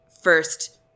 First